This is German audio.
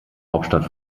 hauptstadt